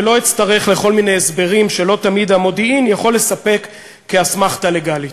ולא אצטרך לכל מיני הסברים שלא תמיד המודיעין יכול לספק כאסמכתה לגלית".